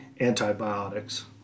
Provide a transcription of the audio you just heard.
antibiotics